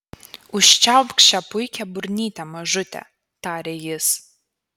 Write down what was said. užčiaupk šią puikią burnytę mažute tarė jis